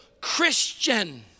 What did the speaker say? Christian